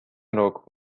rok